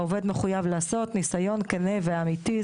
העובד מחויב לעשות ניסיון כנה ואמיתי,